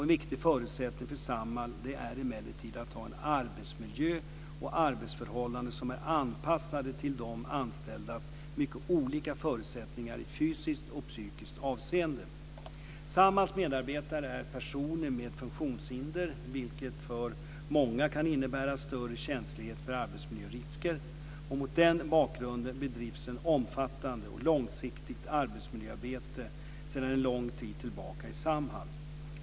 En viktig förutsättning för Samhall är emellertid att ha en arbetsmiljö och arbetsförhållanden som är anpassade till de anställdas mycket olika förutsättningar i fysiskt och psykiskt avseende. Samhalls medarbetare är personer med funktionshinder vilket för många kan innebära större känslighet för arbetsmiljörisker. Mot den bakgrunden bedrivs ett omfattande och långsiktigt arbetsmiljöarbete sedan en lång tid tillbaka i Samhall.